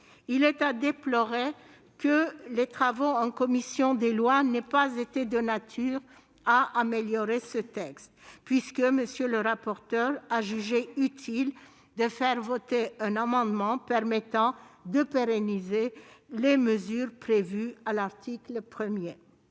Il est à déplorer que les travaux conduits en commission des lois n'aient pas été de nature à améliorer ce texte, M. le rapporteur ayant jugé utile de faire voter un amendement qui vise à pérenniser les mesures prévues à l'article 1.